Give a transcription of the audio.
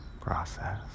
process